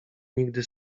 nigdy